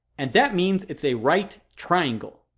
and that means it's a right triangle.